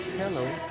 hello.